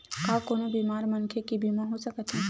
का कोनो बीमार मनखे के बीमा हो सकत हे?